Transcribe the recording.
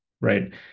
right